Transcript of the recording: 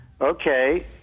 okay